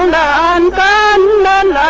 um man man